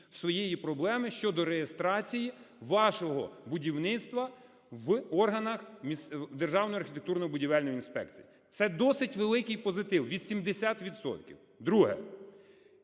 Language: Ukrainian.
своєї проблеми щодо реєстрації вашого будівництва в органах Державної архітектурно-будівельної інспекції. Це досить великий позитив - 80